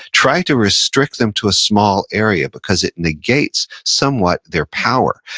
try to restrict them to a small area, because it negates somewhat their power.